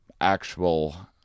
actual